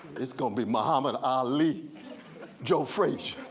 it's going to be muhammad ali joe frazier.